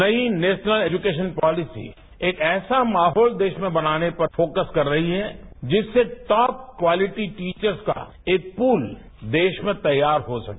नई national education policy एक ऐसा माहौल देश में बनाने पर फोकस कर रही है जिससे टॉप क्वालिटी टीवर्स का एक पूल देश में तैयार हा सके